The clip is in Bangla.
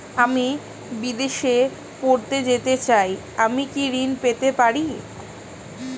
আমি বিদেশে পড়তে যেতে চাই আমি কি ঋণ পেতে পারি?